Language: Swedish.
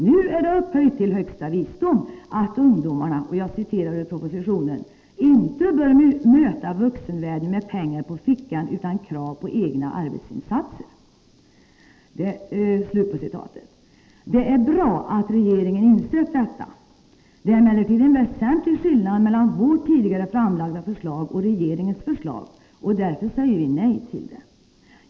Nu är det upphöjt till högsta visdom att ungdomarna — och jag citerar ur propositionen — ”inte bör möta vuxenvärlden med pengar på fickan utan krav på egna arbetsinsatser”. Det är bra att regeringen insett detta. Det är emellertid en väsentlig skillnad mellan vårt tidigare framlagda förslag och regeringens förslag, och därför säger vi nej till detta.